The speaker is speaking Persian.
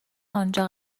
آنجا